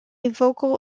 vocal